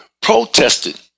protested